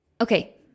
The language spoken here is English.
Okay